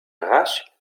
rasch